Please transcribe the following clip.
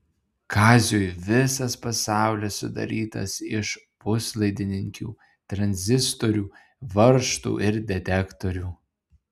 kaziui visas pasaulis sudarytas iš puslaidininkių tranzistorių varžtų ir detektorių